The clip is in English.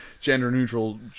Gender-neutral